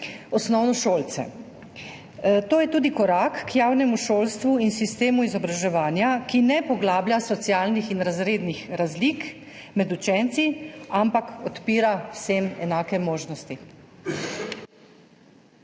osnovnošolce. To je tudi korak k javnemu šolstvu in sistemu izobraževanja, ki ne poglablja socialnih in razrednih razlik med učenci, ampak odpira vsem enake možnosti.